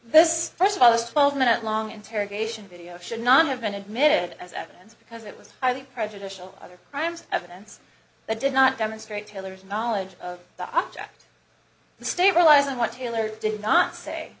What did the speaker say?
this first of all this twelve minute long interrogation video should not have been admitted as evidence because it was highly prejudicial other crimes evidence that did not demonstrate taylor's knowledge of the object the state relies on what taylor did not say